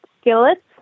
Skillets